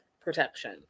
protection